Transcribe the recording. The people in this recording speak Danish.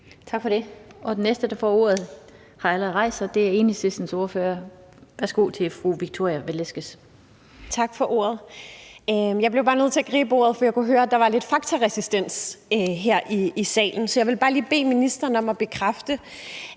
Tak for det. Og den næste, der får ordet, har allerede rejst sig. Det er Enhedslistens ordfører. Værsgo til fru Victoria Velasquez. Kl. 16:26 Victoria Velasquez (EL): Tak for ordet. Jeg blev bare nødt til at gribe ordet, for jeg kunne høre, at der var lidt faktaresistens her i salen. Jeg vil bare lige bede ministeren om at bekræfte,